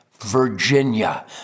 Virginia